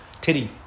titty